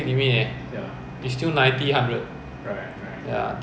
hiace or mercedes vito right so